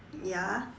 ya